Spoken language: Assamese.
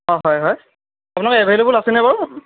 অঁ হয় হয় আপোনালোক এভেইলেবল আছেনে বাৰু